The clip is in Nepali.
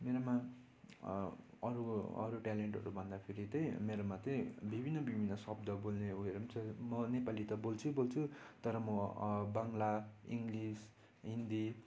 मेरोमा अरू अरू ट्यालेन्टहरू भन्दाखेरि त्यही मेरोमा त्यही विभिन्न विभिन्न शब्द बोल्ने ऊ योहरू नि छ म नेपाली त बोल्छु यही बोल्छु तर म बङ्गला इङ्गलिस हिन्दी